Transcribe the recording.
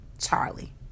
Charlie